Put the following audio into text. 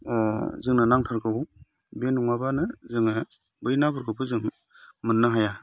जोंनो नांथारगौ बे नङाबानो जोङो बै नाफोरखौबो जों मोननो हाया